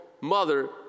mother